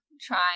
try